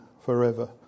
forever